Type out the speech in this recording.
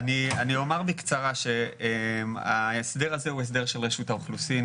אומר בקצרה שההסדר הזה הוא הסדר של רשות האוכלוסין.